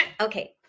Okay